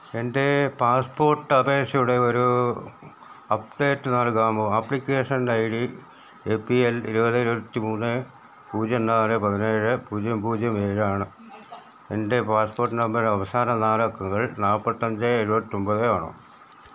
എൻ്റെ പാസ്പോർട്ട് അപേക്ഷയുടെ ഒരു അപ്ഡേറ്റ് നൽകാമോ application ID A P L ഇരുപത് ഇരുപത്തിമൂന്ന് പൂജ്യം നാല് പതിനേഴ് പൂജ്യം പൂജ്യം ഏഴാണ് എൻ്റെ പാസ്പോട്ട് നമ്പറിൻ്റെ അവസാന നാലക്കങ്ങൾ നാൽപ്പത്തഞ്ച് എഴുപത്തൊമ്പത് ആണ്